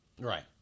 Right